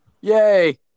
Yay